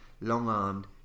long-armed